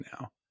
now